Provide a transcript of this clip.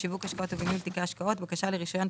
בשיווק השקעות ובניהול תיקי השקעות (בקשה לרשיון,